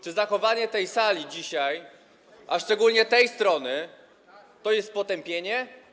Czy zachowanie tej sali dzisiaj, a szczególnie tej strony, to jest potępienie?